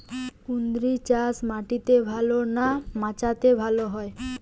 কুঁদরি চাষ মাটিতে ভালো হয় না মাচাতে ভালো হয়?